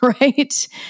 right